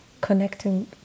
connecting